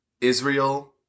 Israel